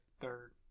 Third